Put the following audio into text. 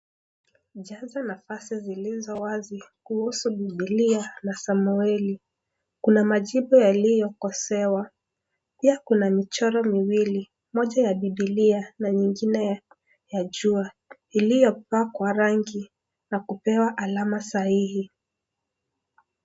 Jaza nafasi zilizo wazi kuhusu biblia na Samueli. Kuna majibu yaliyokosewa. Pia kuna michoro miwili, moja ya bibilia na nyingine ya jua, iliyopakwa rangi na kupewa alama sahihi.